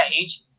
age